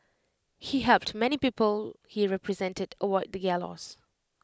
he helped many people he represented avoid the gallows